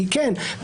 כי כן,